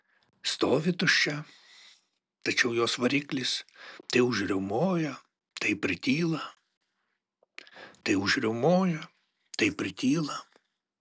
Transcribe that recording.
stovi tuščia tačiau jos variklis tai užriaumoja tai prityla tai užriaumoja tai prityla